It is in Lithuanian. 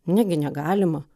negi negalima